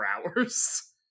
hours